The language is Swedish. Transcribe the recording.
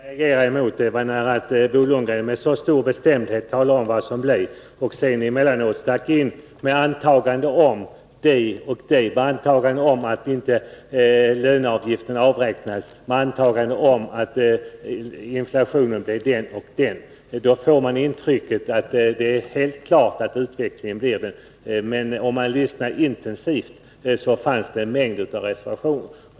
Herr talman! Vad jag reagerade emot var att Bo Lundgren med så stor bestämdhet talar om vad som skall bli. Där emellan stack han in antaganden — att inte löneavgifterna avräknas, att inflationen blir den och den. Man får intrycket att det är helt klart att utvecklingen blir så, men om man lyssnar intensivt finner man en mängd reservationer.